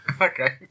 Okay